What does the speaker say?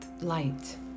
light